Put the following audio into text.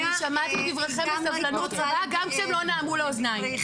אני שמעתי את דבריכם בסבלנות רבה גם כשהם לא נעמו לאוזניי,